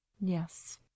yes